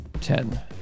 Ten